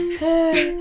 hey